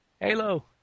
Halo